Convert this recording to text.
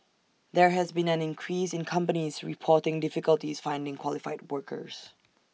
there has been an increase in companies reporting difficulties finding qualified workers